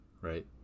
right